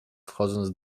wchodząc